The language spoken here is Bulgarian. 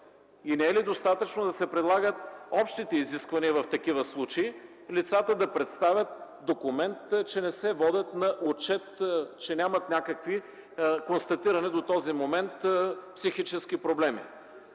и не е ли достатъчно да се прилагат общите изисквания в такива случаи – лицата да представят документ, че не се водят на отчет и че нямат някакви констатирани до този момент психически проблеми?